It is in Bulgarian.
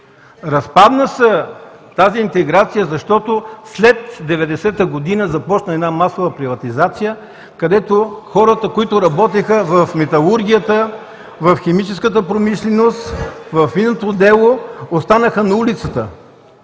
интеграция се разпадна, защото след 1990 г. започна масова приватизация, където хората, които работеха в металургията, в химическата промишленост, в минното дело, останаха на улицата.